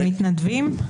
הם מתנדבים?